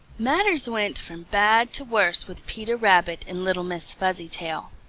matters went from bad to worse with peter rabbit and little miss fuzzytail.